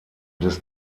des